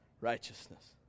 righteousness